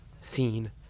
seen